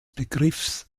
begriffs